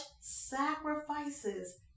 sacrifices